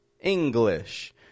English